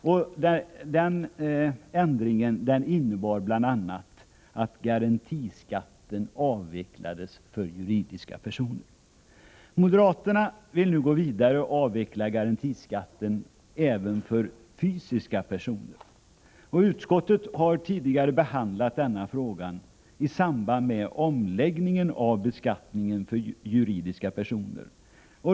Denna ändring innebar bl.a. att garantiskatten avvecklades för juridiska personer. Moderaterna vill nu gå vidare och avveckla garantiskatten även för fysiska personer. Utskottet har tidigare behandlat denna fråga i samband med omläggningen av beskattningen för juridiska personer.